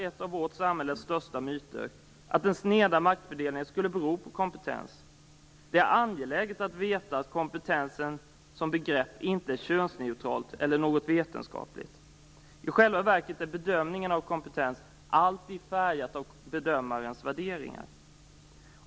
Ett av vårt samhälles största myter är att den sneda maktfördelningen skulle bero på kompetens. Det är angeläget att veta att kompetensen som begrepp inte är könsneutral eller något vetenskapligt. I själva verket är bedömningen av kompetens alltid färgat av bedömarens värderingar.